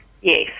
Yes